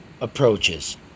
approaches